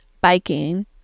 biking